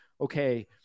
okay